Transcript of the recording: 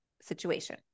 situation